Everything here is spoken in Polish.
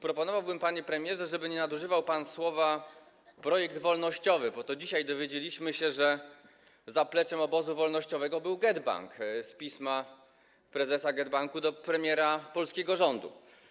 Proponowałbym, panie premierze, żeby nie nadużywał pan sformułowania „projekt wolnościowy”, bo dzisiaj dowiedzieliśmy się, że zapleczem obozu wolnościowego był GetBack, z pisma prezesa GetBacku do premiera polskiego rządu.